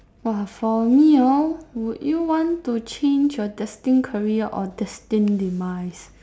[wah] for me oh would you want to change your destined career or your destined demise